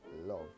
love